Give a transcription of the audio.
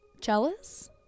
jealous